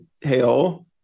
hail